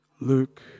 Luke